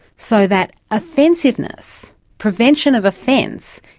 so that offensiveness, prevention of offence,